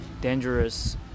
dangerous